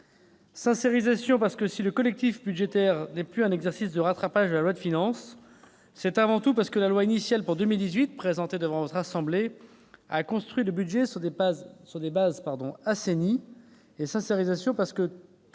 Sincérisation, d'abord, car si le collectif budgétaire n'est plus un exercice de rattrapage de la loi de finances, c'est avant tout parce que la loi de finances initiale pour 2018, dont vous avez eu à discuter, a construit le budget sur des bases assainies.